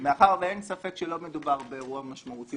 מאחר ואין ספק שלא מדובר באירוע משמעותי